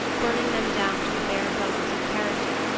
burning them down to the bare bones of character,